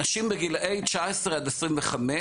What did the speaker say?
אנשים בגילי 19 25,